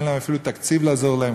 אין להם אפילו תקציב לעזור להם.